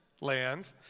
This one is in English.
land